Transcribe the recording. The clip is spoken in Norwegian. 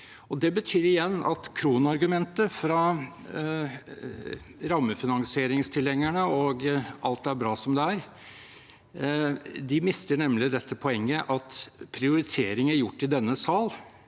Det betyr igjen at kronargumentet fra rammefinansieringstilhengerne og om at alt er bra som det er, mister dette poenget at prioriteringer gjort i denne sal,